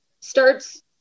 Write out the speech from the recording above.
starts